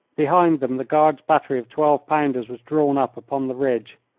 behind them the guard's battery of twelve-pounders was drawn up upon the ridge.